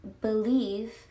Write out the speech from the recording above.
believe